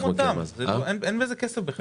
אין בזה כסף בכלל.